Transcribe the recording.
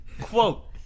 Quote